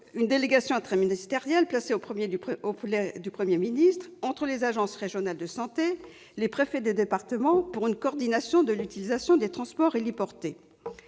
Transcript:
d'une délégation interministérielle placée auprès du Premier ministre entre les agences régionales de santé et les préfets de département pour assurer une coordination de l'utilisation des transports héliportés.